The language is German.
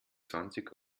zwanzig